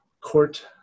court